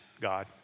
God